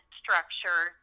structure